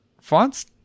Fonts